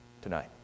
tonight